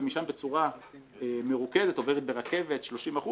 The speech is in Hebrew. ומשם בצורה מרוכזת עוברת ברכבת 30%,